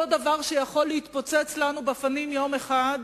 אותו דבר שיכול להתפוצץ לנו בפנים יום אחד,